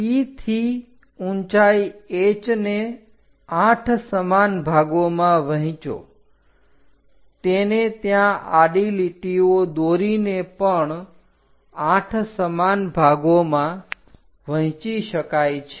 P થી ઊંચાઈ h ને 8 સમાન ભાગોમાં વહેંચો તેને ત્યાં આડી લીટીઓ દોરીને પણ 8 સમાન ભાગોમાં વહેંચી શકાય છે